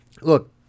look